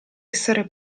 essere